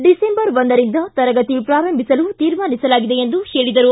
December ಒಂದರಿಂದ ತರಗತಿ ಪ್ರಾರಂಭಿಸಲು ತೀರ್ಮಾನಿಸಲಾಗಿದೆ ಎಂದರು